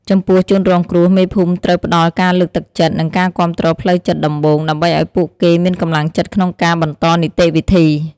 ចំពោះជនរងគ្រោះ មេភូមិត្រូវផ្ដល់ការលើកទឹកចិត្ត និងការគាំទ្រផ្លូវចិត្តដំបូង ដើម្បីឲ្យពួកគេមានកម្លាំងចិត្តក្នុងការបន្តនីតិវិធី។